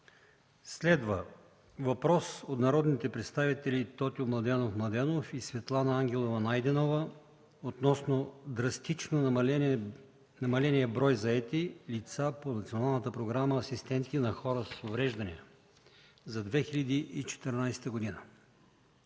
Следва въпрос от народните представители Тотю Младенов и Светлана Ангелова Найденова относно драстично намаления брой заети лица по Националната програма „Асистенти на хора с увреждания” за 2014 г.